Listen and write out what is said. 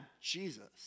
Jesus